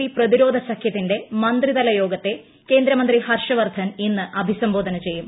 V പ്രതിരോധ സഖ്യത്തിന്റെ മന്ത്രിതല യോഗത്തെ കേന്ദ്രമന്ത്രി ഹർഷവർധൻ ഇന്ന് അഭിസംബോധന ചെയ്യും